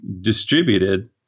distributed